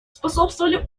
способствовали